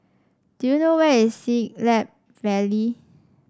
do you know where is Siglap Valley